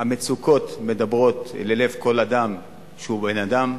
המצוקות מדברות ללב כל אדם שהוא בן-אדם.